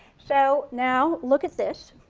so now look at this.